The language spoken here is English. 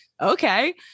Okay